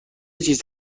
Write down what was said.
چیز